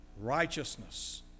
righteousness